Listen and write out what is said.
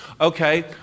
Okay